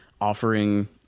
offering